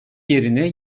yerine